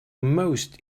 most